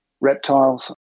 reptiles